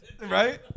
right